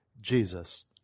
Jesus